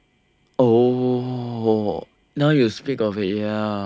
oh now you speak of it ya